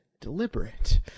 deliberate